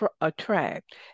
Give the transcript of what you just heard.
attract